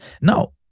now